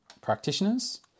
practitioners